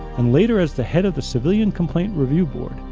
and later as the head of the civilian complaint review board,